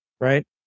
right